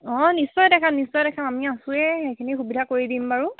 অঁ নিশ্চয় দেখা নিশ্চয় দেখাম আমি আছোঁৱেই সেইখিনি সুবিধা কৰি দিম বাৰু